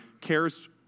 cares